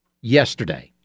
yesterday